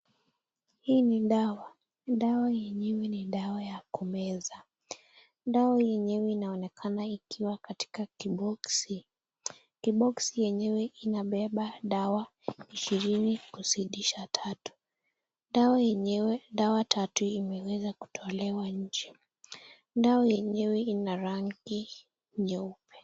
Hii ni dawa. Dawa enyewe ni dawa ya kumeza. Dawa enyewe inaonekana ikiwa katika kiboksi. Kiboksi enyewe inabeba dawa ishirini kuzidisha tatu. Dawa enyewe, dawa tatu imeweza kutolewa nje. Dawa enyewe ina rangi nyeupe.